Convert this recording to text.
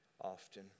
often